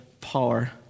power